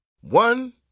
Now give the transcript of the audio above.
One